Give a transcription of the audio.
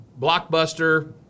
Blockbuster